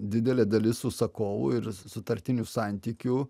didelė dalis užsakovų ir sutartinių santykių